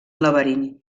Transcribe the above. laberint